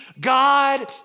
God